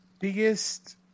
Biggest